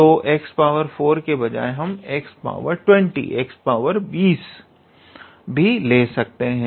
तो 𝑥4के बजाय हम 𝑥20 भी ले सकते हैं